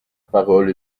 parole